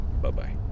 Bye-bye